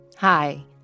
Hi